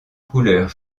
couleur